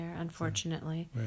unfortunately